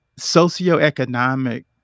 socioeconomic